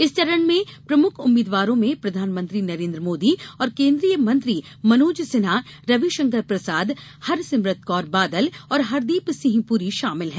इस चरण में प्रमुख उम्मीदवारों में प्रधानमंत्री नरेन्द्र मोदी और केन्द्रीय मंत्री मनोज सिन्हा रविशकर प्रसाद हरसिमरत कौर बादल और हरदीप सिंह पुरी शामिल हैं